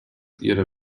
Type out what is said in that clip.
ihre